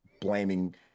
blaming